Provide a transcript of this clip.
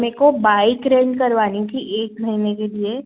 मेको bike rent करवानी थी एक महीने के लिए